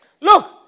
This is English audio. Look